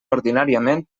ordinàriament